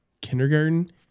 kindergarten